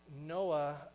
Noah